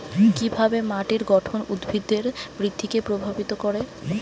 কিভাবে মাটির গঠন উদ্ভিদের বৃদ্ধিকে প্রভাবিত করে?